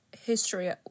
history